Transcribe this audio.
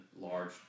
large